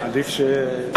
לפני ההסדר או אחרי ההסדר?